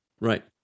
Right